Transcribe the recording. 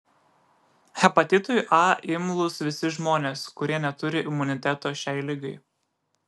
hepatitui a imlūs visi žmonės kurie neturi imuniteto šiai ligai